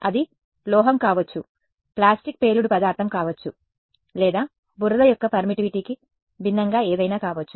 అది లోహం కావచ్చు ప్లాస్టిక్ పేలుడు పదార్థం కావచ్చు లేదా బురద యొక్క పర్మిటివిటీకి భిన్నంగా ఏదైనా కావచ్చు